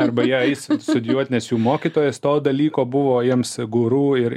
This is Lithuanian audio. arba jie eis studijuot nes jų mokytojas to dalyko buvo jiems guru ir